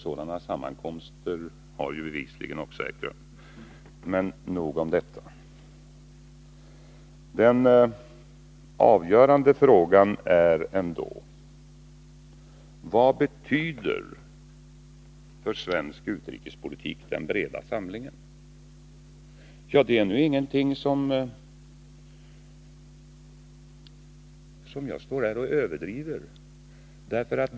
Sådana sammankomster har bevisligen också ägt rum. Nog om detta! Den avgörande frågan är ändå: Vad betyder för svensk utrikespolitik den breda samlingen? Detta är ingenting som jag står här och överdriver.